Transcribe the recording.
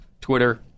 Twitter